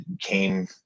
came